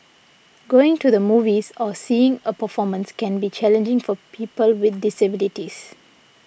going to the movies or seeing a performance can be challenging for people with disabilities